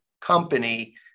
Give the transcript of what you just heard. company